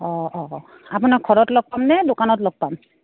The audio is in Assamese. অঁ অঁ আপোনাক ঘৰত লগ পামনে দোকানত লগ পাম